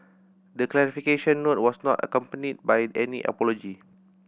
the clarification note was not accompanied by any apology